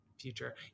future